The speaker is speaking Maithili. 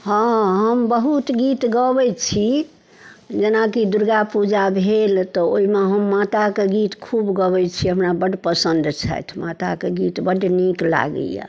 हँ हम बहुत गीत गबै छी जेनाकि दुर्गा पूजा भेल तऽ ओहिमे हम माताके गीत खूब गबै छी हमरा बड़ पसन्द छथि माताके गीत बड़ नीक लागैए